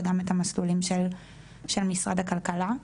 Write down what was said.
וגם את המסלולים של משרד הכלכלה,